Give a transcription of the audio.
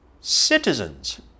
citizens